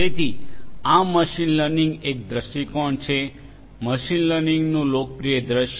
તેથી આ machine learning એક દૃષ્ટિકોણ છે મશીન લર્નિંગનું લોકપ્રિય દૃશ્ય